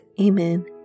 Amen